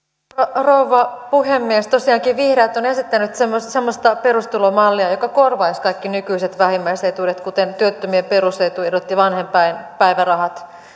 rouva puhemies tosiaankin vihreät ovat esittäneet semmoista perustulomallia joka korvaisi kaikki nykyiset vähimmäisetuudet kuten työttömien perusetuudet ja vanhempainpäivärahat